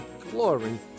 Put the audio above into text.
glory